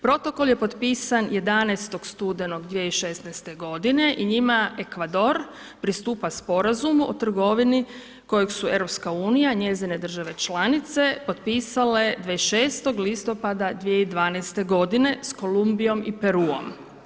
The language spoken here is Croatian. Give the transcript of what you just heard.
Protokol je potpisan 11. studenog 2016. godine i njima Ekvador pristupa Sporazumu o trgovini kojeg su EU i njezine države članice potpisale 26. listopada 2012. godine s Kolumbijom i Peruom.